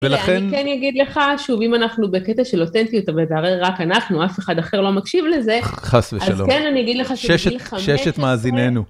ולכן אגיד לך, שוב, אם אנחנו בקטע של אותנטיות, אבל זה הרי רק אנחנו, אף אחד אחר לא מקשיב לזה, חס ושלום, אז כן, אני אגיד לך, ששת מאזיננו